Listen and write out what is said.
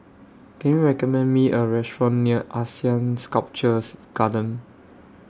Can YOU recommend Me A Restaurant near Asean Sculpture's Garden